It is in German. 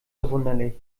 verwunderlich